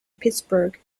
pittsburgh